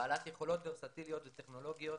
בעלת יכולות ורסטיליות וטכנולוגיות,